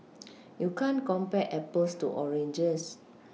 you can't compare Apples to oranges